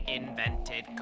invented